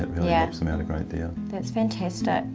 it really helps them out a great deal. that's fantastic.